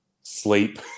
sleep